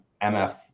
MF